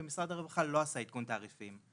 ומשרד הרווחה לא עשה עדכון תעריפים